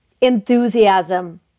enthusiasm